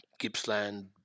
Gippsland